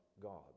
God